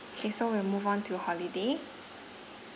K so we'll move on to holiday